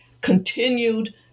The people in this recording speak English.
continued